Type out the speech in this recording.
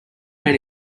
men